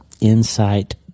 insight